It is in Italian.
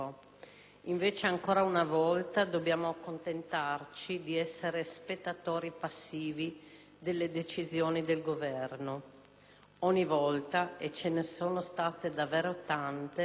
Invece, ancora una volta dobbiamo accontentarci di essere spettatori passivi delle decisioni del Governo. Ogni volta ‑ e ce ne sono state davvero tante